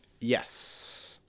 Yes